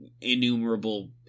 innumerable